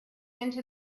into